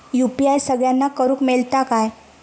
UPI सगळ्यांना करुक मेलता काय?